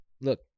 Look